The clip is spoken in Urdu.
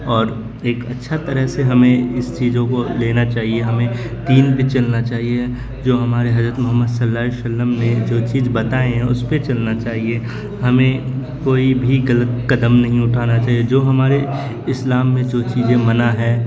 اور ایک اچھا طرح سے ہمیں اس چیزوں کو لینا چاہیے ہمیں دین پہ چلنا چاہیے جو ہمارے حجرت محمد صلی اللہ علیہ وشلم نے جو چیز بتائے ہیں اس پہ چلنا چاہیے ہمیں کوئی بھی غلط قدم نہیں اٹھانا چاہیے جو ہمارے اسلام میں جو چیزیں منع ہے